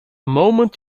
moment